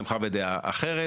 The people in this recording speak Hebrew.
תמכה בדעה אחרת,